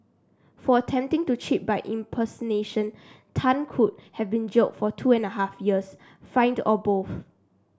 for attempting to cheat by impersonation Tan could have been jailed for two and a half years fined or both